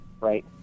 Right